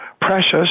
precious